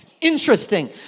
Interesting